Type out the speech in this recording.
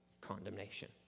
condemnation